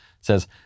says